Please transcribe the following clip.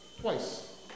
twice